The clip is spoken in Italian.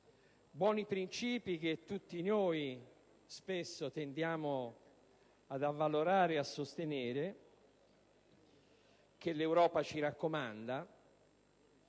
buoni principi che tutti noi, spesso, tendiamo ad avvalorare e sostenere e che l'Europa ci raccomanda